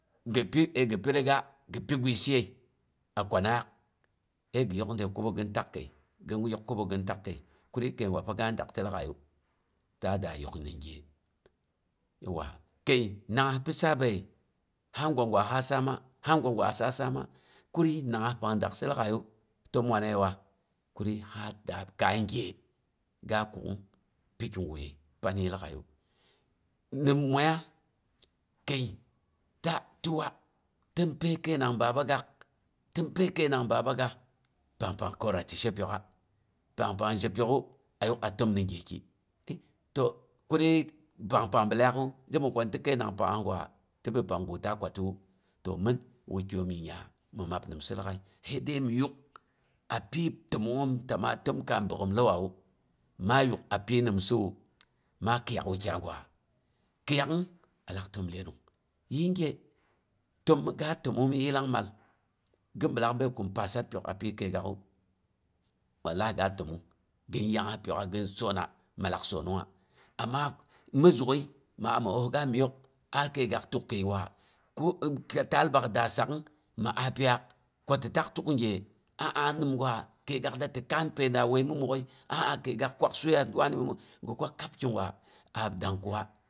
Gi pi, gi pi riga gi pi gwisiye, a kwanangngaak, əi gi yok de kobo gim takkai, gin yok kobo gin tak kəi, kuri kəigwa fa ge dakta lag'aiyu, ta da yok gyeki. Ni wan? Kəi nangngas pi sabaye ha gwa gwa ba saama, ha gwa gwa sa saama, kurii nangngas pang daksa lag'aiyu, təm wanewa kurii ha baad kaigye, ga kuk'ung pi kiguye pan yii lag'aiyu. Nim moiyas kəi ta tɨwa, tɨn pyai kəinang babagaak, tɨn pyai kəmang babagas pang pang kwana tɨ she pyoka, pangpang zhepyok'u, a yuk a təm ni gyeki. I to kurii, pangpang bilaak'u, zhe bung ko ni tɨ kəinang pangngaak gwa ti bi pongga ta kwatiwu. To min wukyaiyom nyingnya mi mab minsɨ lag'ai. Sa idəi mi ywe apyi təmongngoom ta maa təmka bogghona lauwawu, maa yuu apyi nɨmsawu maa kiyak wukyai gwa, kiryak'ung alak təm lyenong. Yinge tək gi təmong a mi yillangmal, gi bi laak bəi kum pasa. Pyok a pyi kəigaak'u wallahi ga təmong, gin yangngas pyok'a, gin soona, mallak soonongnga. Amma mi zak'ai mi a mi osga miok, ana kəigaak tukkəigwa, taal bak da sak'ung maa a pyiyaak ko tak tull, gige kəiyaak dati kaan pyi ga wai me muk'oi. aa kəigaak kwak suya wani mi mok'oi aa ti kwak. Gi kwa kab kigaa a dankiwa.